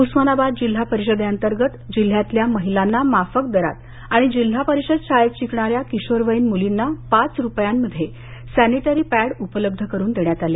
उस्मानाबाद जिल्हा परिषदेअंतर्गत जिल्ह्यातल्या महिलांना माफक दरात आणि जिल्हा परिषद शाळेत शिकणाऱ्या किशोरवयीन मुलींना पाच रुपयांमध्ये सॅनिटरी पॅड उपलब्ध करून देण्यात आले